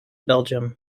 belgium